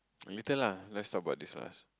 okay lah let's stop about this last